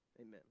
Amen